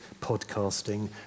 podcasting